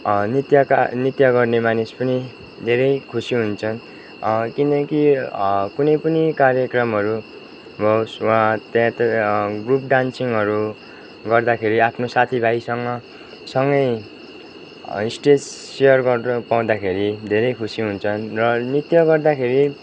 नृत्यकार नृत्य गर्ने मानिस पनि धेरै खुसी हुन्छन् किनकि कुनै पनि कार्यक्रमहरू होस् वा त्यहाँ ग्रुप डान्सिङहरू गर्दाखेरि आफ्नो साथीभाइसँग सँगै स्टेज सेयर गर्नु पाउँदाखेरि धेरै खुसी हुन्छन् र नृत्य गर्दाखेरि